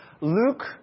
Luke